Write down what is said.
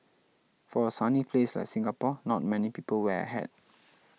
for a sunny place like Singapore not many people wear a hat